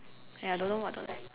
ya I don't know what to